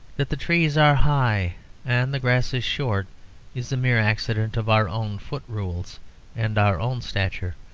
that the trees are high and the grasses short is a mere accident of our own foot-rules and our own stature.